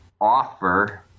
offer